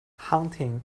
hunting